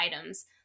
items